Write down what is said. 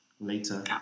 later